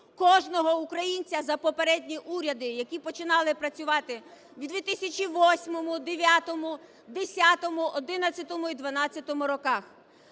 кожного українця за попередні уряди, які починали працювати у 2008-му, 2009-му, 2010-му, 2011-му і 2012 роках.